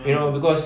you know cause